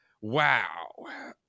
wow